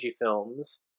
films